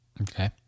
okay